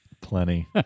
plenty